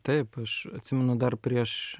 taip aš atsimenu dar prieš